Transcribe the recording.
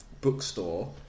bookstore